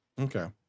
Okay